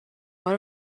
one